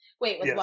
Wait